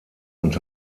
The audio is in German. und